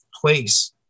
place